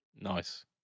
Nice